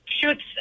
Shoots